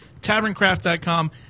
TavernCraft.com